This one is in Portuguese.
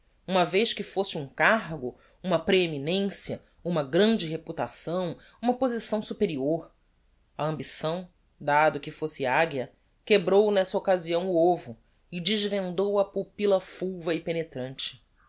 uma vez que fosse um cargo uma preeminencia uma grande reputação uma posição superior a ambição dado que fosse aguia quebrou nessa occasião o ovo e desvendou a pupilla fulva e penetrante